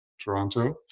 Toronto